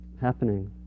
happening